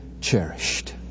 cherished